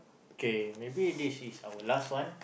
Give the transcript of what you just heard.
kay maybe this is our last one